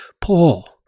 Paul